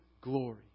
glory